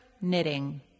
knitting